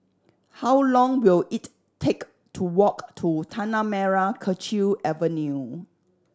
how long will it take to walk to Tanah Merah Kechil Avenue